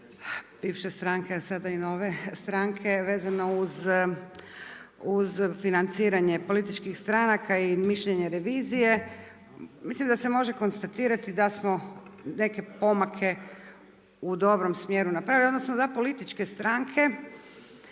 bivše stranke, a sada i nove stranke, vezano uz financiranje političkih stranka i mišljenje revizije. Mislim da se može konstatirati da smo neke pomake u dobrom smjeru napravili, odnosno da političke stranke